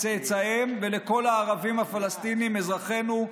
לצאצאיהם ולכל הערבים הפלסטינים אזרחינו,